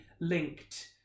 linked